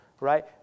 right